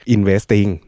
Investing